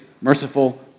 merciful